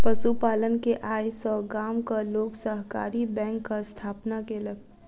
पशु पालन के आय सॅ गामक लोक सहकारी बैंकक स्थापना केलक